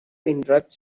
interpret